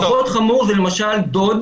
פחות חמור זה למשל דוד